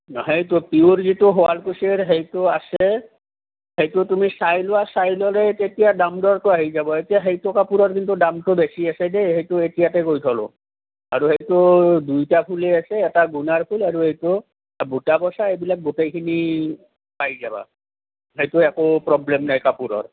অঁ সেইটো পিঅ'ৰ যিটো শুৱালকুছিৰ সেইটো আছে সেইটো তুমি চাই লোৱা চাই ল'লেই তেতিয়া দাম দৰটো আহি যাব এতিয়া সেইটোৰ কাপোৰৰ কিন্তু দামটো বেছি আছে দেই সেইটো এতিয়াতে কৈ থ'লোঁ আৰু সেইটো দুইটা ফুলেই আছে এটা গুণাৰ ফুল আৰু এইটো বুটা বছা এইবিলাক গোটেইখিনি পাই যাবা সেইটো একো প্ৰব্লেম নাই কাপোৰৰ